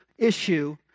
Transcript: Issue